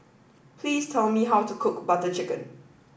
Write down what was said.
please tell me how to cook Butter Chicken